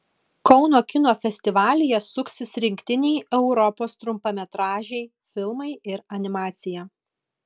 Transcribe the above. kauno kino festivalyje suksis rinktiniai europos trumpametražiai filmai ir animacija